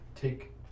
take